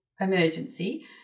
emergency